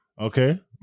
Okay